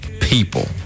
people